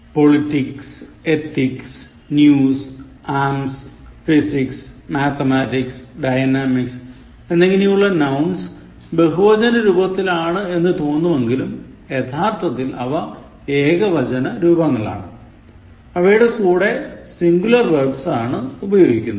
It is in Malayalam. politics ethics news alms Physics Mathematics Dynamics എന്നിങ്ങനെയുള്ള nouns ബഹുവചനരൂപത്തിലാണ് എന്ന് തോന്നുമെങ്കിലും യഥാർത്ഥത്തിൽ അവ ഏകവചനരൂപങ്ങളാണ് അവയുടെ കൂടെ സിന്ഗുലർ വെർബ്സ് ആണ് ഉപയോഗിക്കുന്നതും